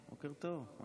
אני